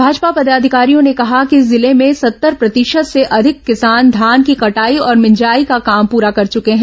भाजपा पदाधिकारियों ने कहा कि जिले में सत्तर प्रतिशत से अधिक किसान धान की कटाई और भिजाई का काम पूरा कर चुके हैं